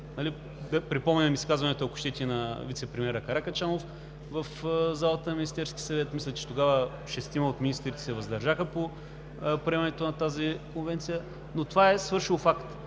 припомня изказването, ако щете, и на вицепремиера Каракачанов в залата на Министерския съвет. Мисля, че тогава шестима от министрите се въздържаха по приемането на тази конвенция, но това е свършен факт.